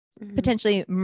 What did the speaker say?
potentially